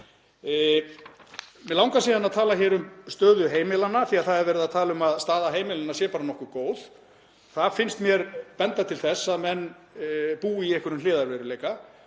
Mig langar síðan að tala um stöðu heimilanna því það er verið að tala um að hún sé bara nokkuð góð. Það finnst mér benda til þess að menn búi í einhverjum hliðarveruleika